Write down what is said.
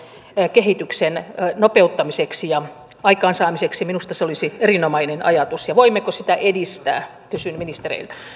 kehityksen nopeuttamiseksi ja aikaansaamiseksi minusta se olisi erinomainen ajatus voimmeko sitä edistää kysyn ministereiltä